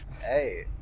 Hey